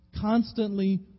Constantly